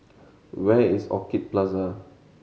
where is Orchid Plaza